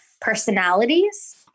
personalities